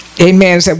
Amen